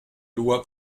loi